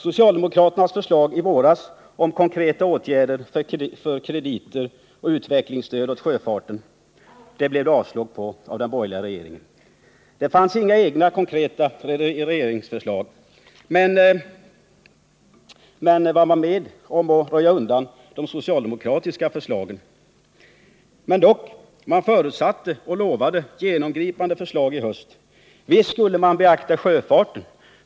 Socialdemokraternas förslag i våras om konkreta åtgärder för kreditoch utvecklingsstöd åt sjöfarten blev avslagna av den borgerliga riksdagsmajori teten Regeringen hade inga egna konkreta förslag, men man undanröjde de socialdemokratiska förslagen. Man lovade dock att genomgripande förslag skulle komma under hösten. Visst skulle man beakta sjöfarten.